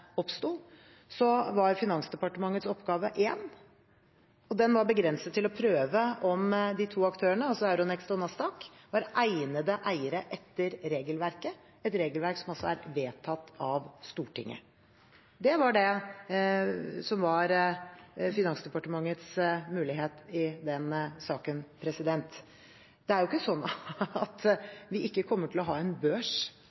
var Finansdepartementets oppgave én, og den var begrenset til å prøve om de to aktørene, altså Euronext og Nasdaq, var egnede eiere etter regelverket – et regelverk som er vedtatt av Stortinget. Det var det som var Finansdepartementets mulighet i den saken. Det er ikke sånn